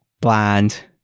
bland